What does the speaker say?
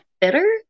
bitter